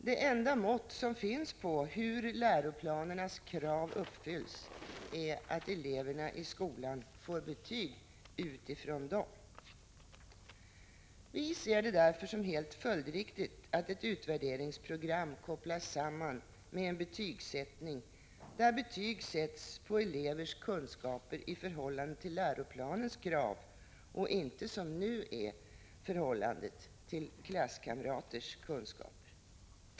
Det enda mått som finns på hur läroplanernas krav uppfylls är att eleverna i skolan får betyg utifrån dem. Vi ser det därför som helt följdriktigt att ett utvärderingsprogram kopplas samman med en betygsättning där betyg sätts på elevers kunskaper i förhållande till läroplanens krav och inte, som nu är förhållandet, till klasskamraters kunskaper.